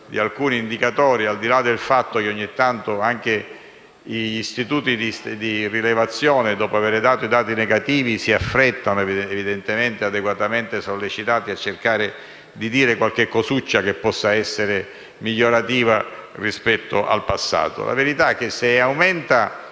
di alcuni indicatori e del fatto che, ogni tanto, anche gli istituti di rilevazione, dopo aver espresso dati negativi, si affrettano, evidentemente adeguatamente sollecitati, a cercare di dire qualcosa che possa essere migliorativa rispetto al passato. La verità è che, se aumenta